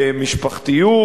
במשפחתיות,